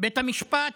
בית המשפט